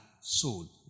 soul